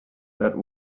that